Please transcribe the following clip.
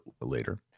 later